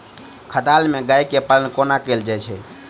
खटाल मे गाय केँ पालन कोना कैल जाय छै?